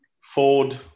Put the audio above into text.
Ford